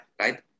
right